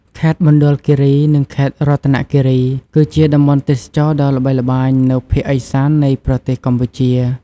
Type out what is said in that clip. ខេត្តមណ្ឌលគិរី និងខេត្តរតនគិរី គឺជាតំបន់ទេសចរណ៍ដ៏ល្បីល្បាញនៅភាគឦសាននៃប្រទេសកម្ពុជា។